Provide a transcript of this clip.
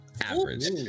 Average